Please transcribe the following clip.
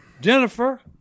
Jennifer